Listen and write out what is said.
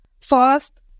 First